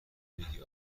بگی